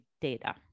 data